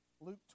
Luke